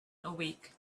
awake